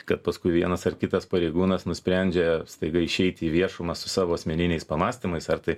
kad paskui vienas ar kitas pareigūnas nusprendžia staiga išeiti į viešumą su savo asmeniniais pamąstymais ar tai